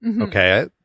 Okay